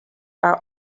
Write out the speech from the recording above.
are